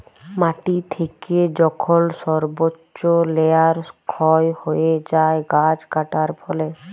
মাটি থেকে যখল সর্বচ্চ লেয়ার ক্ষয় হ্যয়ে যায় গাছ কাটার ফলে